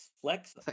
flex